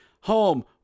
Home